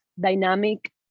dynamic